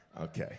Okay